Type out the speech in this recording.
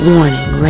Warning